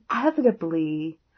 inevitably